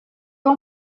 том